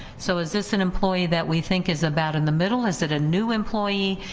so is this an employee that we think is about in the middle? is it a new employee?